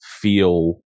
feel